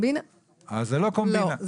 לא, זה לא קומבינה.